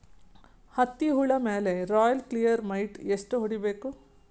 ಹತ್ತಿ ಹುಳ ಮೇಲೆ ರಾಯಲ್ ಕ್ಲಿಯರ್ ಮೈಟ್ ಎಷ್ಟ ಹೊಡಿಬೇಕು?